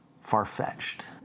Far-fetched